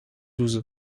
douze